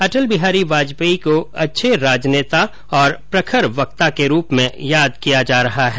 अटल बिहारी वाजपेयी को अच्छे राजनेता और प्रखर वक्ता के रूप में याद किया जा जा रहा है